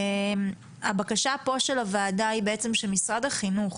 הבקשה של הוועדה היא שמשרד החינוך